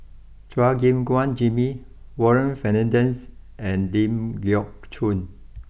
Chua Gim Guan Jimmy Warren Fernandez and Ling Geok Choon